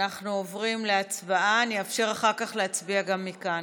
אני אאפשר אחר כך להצביע גם מכאן.